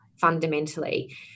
fundamentally